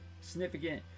significant